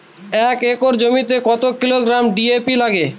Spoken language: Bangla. এক একর জমিতে কত কিলোগ্রাম ডি.এ.পি লাগে?